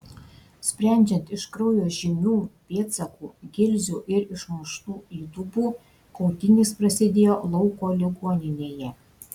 sprendžiant iš kraujo žymių pėdsakų gilzių ir išmuštų įdubų kautynės prasidėjo lauko ligoninėje